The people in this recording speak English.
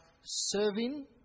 serving